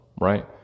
right